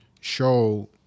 show